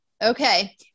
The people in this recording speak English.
Okay